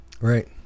right